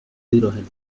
hidrógeno